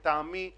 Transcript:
לטעמי,